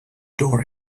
door